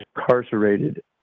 incarcerated